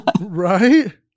Right